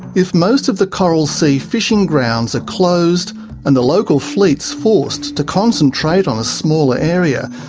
if most of the coral sea fishing grounds are closed and the local fleet is forced to concentrate on a smaller area,